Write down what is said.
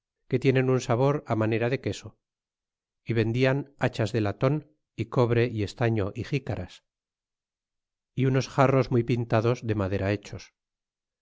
que tienen un sabor manera de queso y vendian hachas de laton y cobre y estaño y xicaras y unos jarros muy pintados de madera hechos